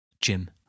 Jim